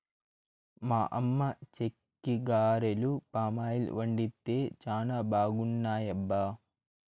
మా అమ్మ చెక్కిగారెలు పామాయిల్ వండితే చానా బాగున్నాయబ్బా